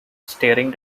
staring